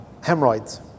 hemorrhoids